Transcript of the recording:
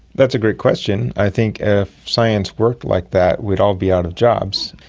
that's a great question. i think if science worked like that we'd all be out of jobs.